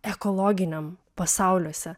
ekologiniam pasauliuose